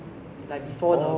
but the food there is um